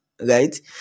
right